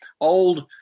old